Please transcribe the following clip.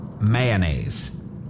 mayonnaise